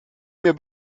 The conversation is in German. mir